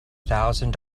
thousand